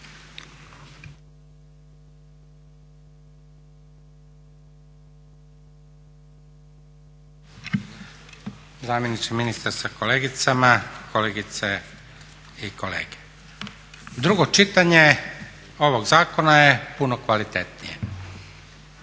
Zamjeniče ministra sa kolegicama, kolegice i kolege drugo čitanje ovog zakona je puno kvalitetnije,